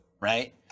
right